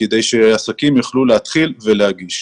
כדי שהעסקים יוכלו להתחיל להגיש.